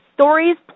stories